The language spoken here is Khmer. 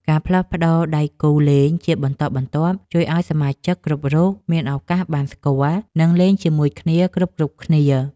ការផ្លាស់ប្តូរដៃគូលេងជាបន្តបន្ទាប់ ជួយឱ្យសមាជិកគ្រប់រូបមានឱកាសបានស្គាល់ និងលេងជាមួយគ្នាគ្រប់ៗគ្នា។